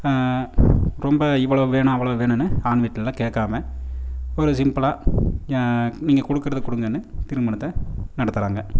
ரொம்ப இவ்வளோ வேணும் அவ்வளோ வேணுன்னு அவங்கள்ட்ட எல்லாம் கேட்காம ஒரு சிம்பிளாக நீங்கள் கொடுக்குறத கொடுங்கன்னு திருமணத்தை நடத்துகிறாங்க